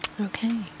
Okay